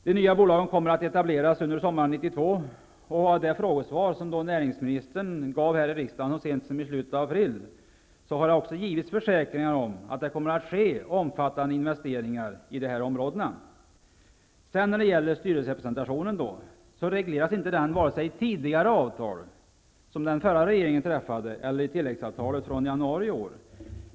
De nya bolagen kommer att etableras under sommaren 1992. I det frågesvar som näringsministern gav här i riksdagen så sent som i slutet av april gav han försäkringar om att det skall göras omfattande investeringar i dessa områden. Styrelserepresentationen regleras varken i det tidigare avtal som den förra regeringen träffade eller i tilläggsavtalet från januari i år.